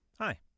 Hi